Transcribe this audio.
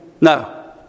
No